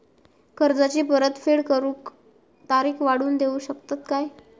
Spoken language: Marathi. कर्जाची परत फेड करूक तारीख वाढवून देऊ शकतत काय?